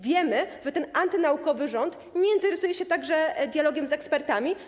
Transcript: Wiemy, że ten antynaukowy rząd nie interesuje się także dialogiem z ekspertami.